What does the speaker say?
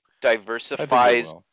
diversifies